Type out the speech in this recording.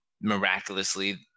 miraculously